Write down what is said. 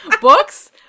books